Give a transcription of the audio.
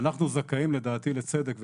שאנחנו זכאים לדעתי לצדק ולשוויון.